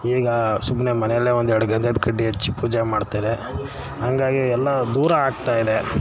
ಈಗ ಸುಮ್ಮನೆ ಮನೆಯಲ್ಲೇ ಒಂದು ಎರಡು ಗಂಧದ ಕಡ್ಡಿ ಹಚ್ಚಿ ಪೂಜೆ ಮಾಡ್ತಾರೆ ಹಾಗಾಗಿ ಎಲ್ಲ ದೂರ ಆಗ್ತಾ ಇದೆ